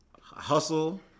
hustle